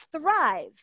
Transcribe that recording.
thrive